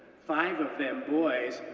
five of them boys,